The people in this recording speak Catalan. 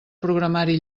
programari